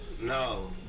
No